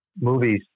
movies